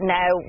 now